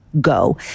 go